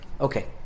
Okay